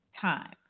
time